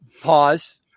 Pause